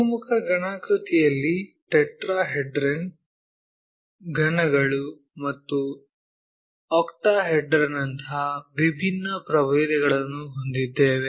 ಬಹುಮುಖ ಘನಾಕೃತಿದಲ್ಲಿ ಟೆಟ್ರಾಹೆಡ್ರನ್ ಘನಗಳು ಮತ್ತು ಆಕ್ಟಾಹೆಡ್ರನ್ ನಂತಹ ವಿಭಿನ್ನ ಪ್ರಭೇದಗಳನ್ನು ಹೊಂದಿದ್ದೇವೆ